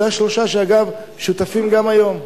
אלה השלושה ששותפים גם היום.